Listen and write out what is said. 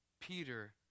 Peter